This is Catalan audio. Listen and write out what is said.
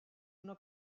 una